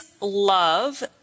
love